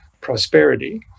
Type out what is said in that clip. prosperity